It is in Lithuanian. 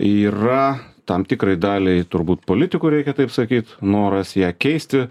yra tam tikrai daliai turbūt politikų reikia taip sakyt noras ją keisti